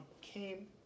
came